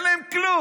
אין להם כלום.